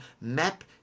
map